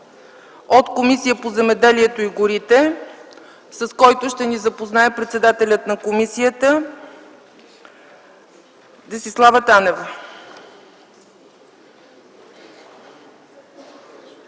от Комисията по земеделието и горите, с който ще ни запознае председателят на комисията Десислава Танева.